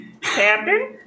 Captain